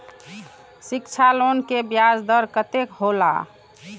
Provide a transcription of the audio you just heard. शिक्षा लोन के ब्याज दर कतेक हौला?